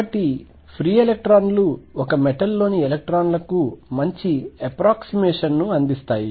కాబట్టి ఫ్రీ ఎలక్ట్రాన్లు ఒక మెటల్ లోని ఎలక్ట్రాన్ లకు మంచి అప్రాక్సీమేషన్ ను అందిస్తాయి